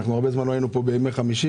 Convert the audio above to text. הרבה זמן לא היינו כאן בימי חמישי.